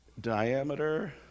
diameter